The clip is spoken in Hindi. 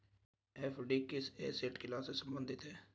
एफ.डी किस एसेट क्लास से संबंधित है?